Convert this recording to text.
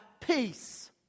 peace